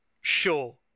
sure